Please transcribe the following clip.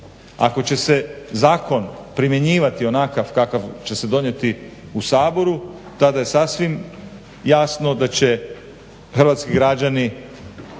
Ako će se zakon primjenjivati onakav kakav će se donijeti u Saboru tada je sasvim jasno da će hrvatski građani